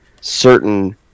certain